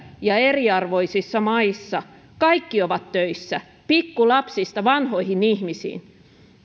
ja eriarvoisissa maissa kaikki ovat töissä pikkulapsista vanhoihin ihmisiin